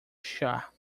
chá